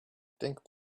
think